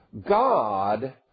God